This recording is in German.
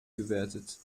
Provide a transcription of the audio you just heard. gewertet